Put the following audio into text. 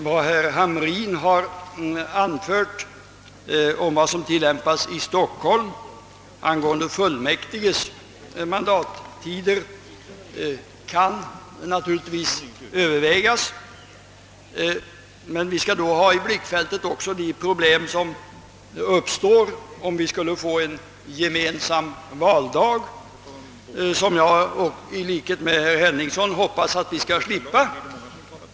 Vad herr Hamrin har anfört om vad som tillämpas i Stockholm angående fullmäktiges mandattider kan naturligtvis övervägas, men vi skall då ha i blickfältet de problem som uppstår om vi skulle få en gemensam valdag, något som jag i likhet med herr Henningsson hoppas att vi skall slippa.